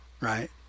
right